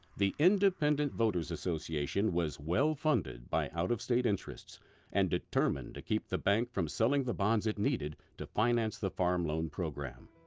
the independent voters association was well funded by out-of-state interests and determined to keep the bank from selling the bonds it needed to finance the farm loan program.